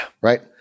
Right